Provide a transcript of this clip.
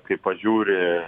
kai pažiūri